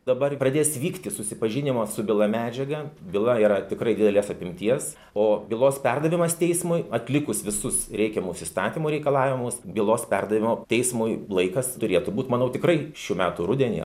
dabar pradės vykti susipažinimo su byla medžiaga byla yra tikrai didelės apimties o bylos perdavimas teismui atlikus visus reikiamus įstatymų reikalavimus bylos perdavimo teismui laikas turėtų būt manau tikrai šių metų rudenį